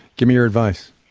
give me your advice?